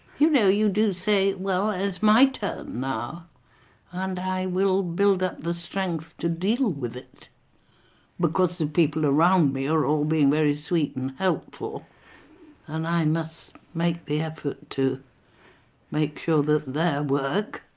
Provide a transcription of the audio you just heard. you know you do say well it's my turn now and i will build up the strength to deal with it because the people around me are all being very sweet and helpful and i must make the effort to make sure that their work